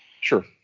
Sure